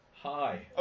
Hi